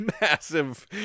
Massive